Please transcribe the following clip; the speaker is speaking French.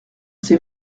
c’est